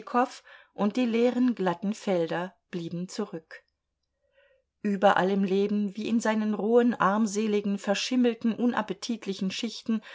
und die leeren glatten felder blieben zurück überall im leben wie in seinen rohen armseligen verschimmelten unappetitlichen schichten